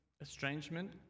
estrangement